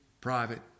private